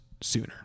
sooner